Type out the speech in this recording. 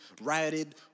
rioted